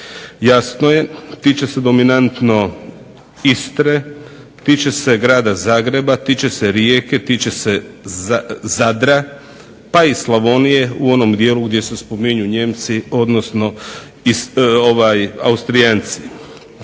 Jasno je tiče se dominantno Istre, tiče se grada Zagreba, tiče se Rijeke, tiče se Zadra pa i Slavonije u onom dijelu gdje se spominju Nijemci odnosno Austrijanci.